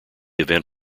event